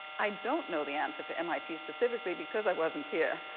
i don't know the answer for mit specifically, because i wasn't here.